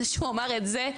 זה שהוא אמר את זה,